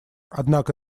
однако